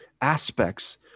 aspects